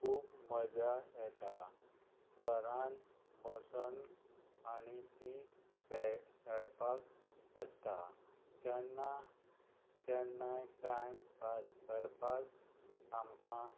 खूब मजा येता घरान बसोन आनी ती खेळ खेळपाक शकता केन्ना केन्नाय टायम पास करपाक आमकां